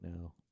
now